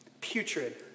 putrid